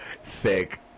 sick